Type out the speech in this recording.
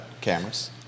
cameras